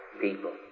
people